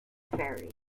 ferry